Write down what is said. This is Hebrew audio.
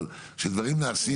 אבל, שדברים נעשים